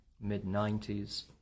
mid-90s